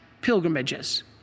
pilgrimages